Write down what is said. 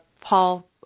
Paul